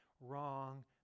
wrong